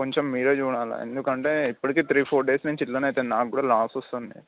కొంచెం మీరే చూడాలా ఎందుకంటే ఇప్పటికి త్రీ ఫోర్ డేస్ నుంచి ఇట్లనే అవుతుంది నాకు కూడా లాస్ వస్తుంది